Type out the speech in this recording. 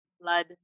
blood